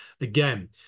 Again